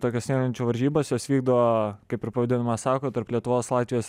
tokios snieglenčių varžybas jos vykdo kaip ir pavadinimas sako tarp lietuvos latvijos